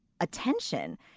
attention